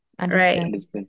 Right